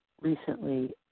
recently